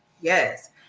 Yes